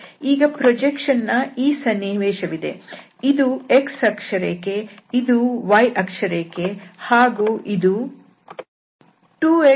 ಈಗ ಪ್ರೊಜೆಕ್ಷನ್ ನ ಈ ಸನ್ನಿವೇಶವಿದೆ ಇದು x ಅಕ್ಷರೇಖೆ ಇದು y ಅಕ್ಷರೇಖೆ ಹಾಗೂ ಇದು 2x3y12 ರೇಖೆ